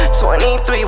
23